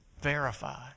Verify